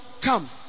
come